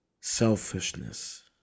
selfishness